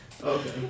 Okay